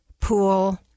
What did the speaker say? pool